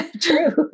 True